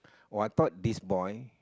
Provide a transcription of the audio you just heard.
oh I thought this boy